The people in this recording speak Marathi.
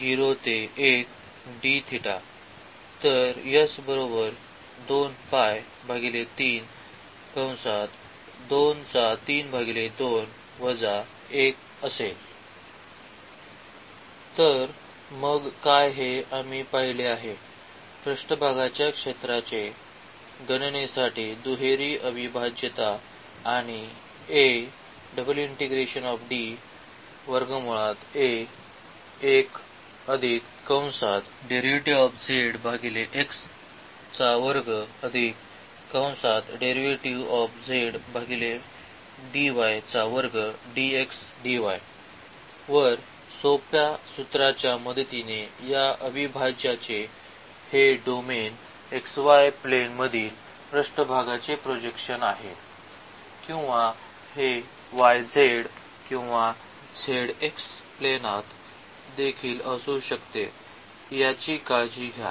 तर मग काय हे आम्ही पाहिले आहे पृष्ठभागाच्या क्षेत्राच्या गणनेसाठी दुहेरी अविभाज्यता आणि a वर या सोप्या सूत्राच्या मदतीने या अविभाज्याचे हे डोमेन xy प्लेन मधील पृष्ठभागाचे प्रोजेक्शन आहे किंवा हे yz किंवा zx प्लेनात देखील असू शकते याची काळजी घ्या